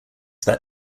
that